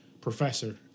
professor